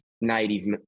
native